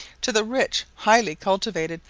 to the rich, highly cultivated,